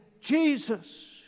Jesus